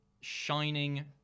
shining